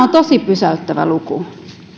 on tosi pysäyttävä luku